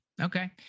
Okay